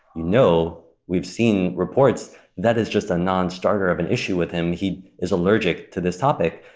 you know we've seen reports that is just a nonstarter of an issue with him. he is allergic to this topic.